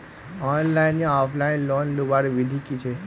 Online या offline loan लुबार विधि की छे?